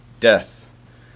Death